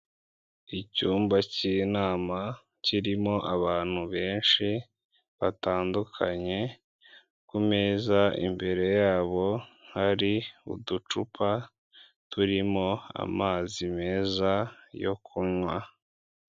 Icyumba cy'inama kirimo abantu benshi batandukanye, kumeza imbere yabo hari uducupa turimo amazi meza yo kunywa.